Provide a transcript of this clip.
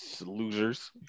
Losers